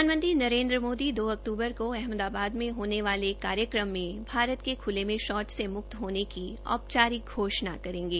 प्रधानमंत्री नरेन्द्र मोदी दो अक्तूबर को अहमदाबाद में होने वाले एक कार्यक्रम में भारत के खूले में शौच से मुक्त होने की औपचारिक घोषणा करेंगे